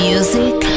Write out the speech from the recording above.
Music